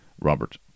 Robert